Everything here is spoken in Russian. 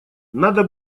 надо